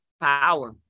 Power